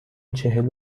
چهل